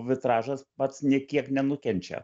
vitražas pats nė kiek nenukenčia